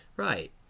Right